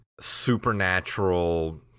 supernatural